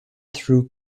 through